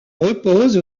repose